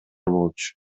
болчу